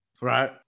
right